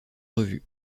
revue